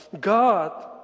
God